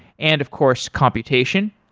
and of course, computation.